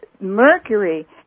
Mercury